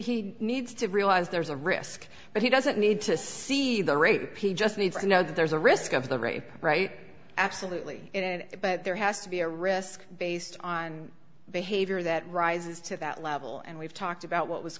he needs to realize there's a risk but he doesn't need to see the rape he just needs to know that there's a risk of the rape right absolutely but there has to be a risk based on behavior that rises to that level and we've talked about what was